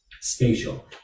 spatial